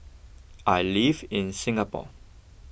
I live in Singapore